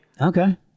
Okay